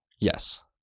Yes